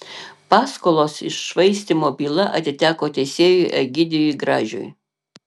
paskolos iššvaistymo byla atiteko teisėjui egidijui gražiui